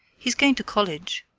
he's going to college.